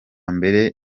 mbere